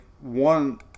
one